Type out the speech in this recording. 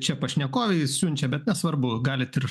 čia pašnekovei jis siunčia bet nesvarbu galit ir